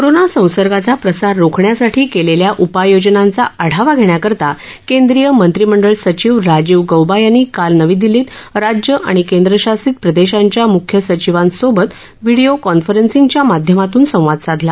corona संसर्गाचा प्रसार रोखण्यासाठी केलेल्या उपाययोजनांचा आढावा घेण्याकरता केंद्रीय मंत्रिमंडळ सचिव राजीव गौबा यांनी काल नवी दिल्लीत राज्यं आणि केंद्रशासित प्रदेशांच्या मुख्य सचिवांसोबत व्हिडिओ कॉन्फरन्सच्या माध्ययमातून संवाद साधला